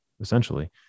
essentially